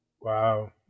Wow